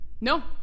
no